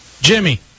Jimmy